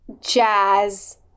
jazz